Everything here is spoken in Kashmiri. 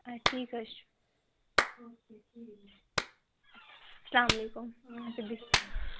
آ ٹھیٖک حظ چھُ سلام علیکُم اچھا بِہِو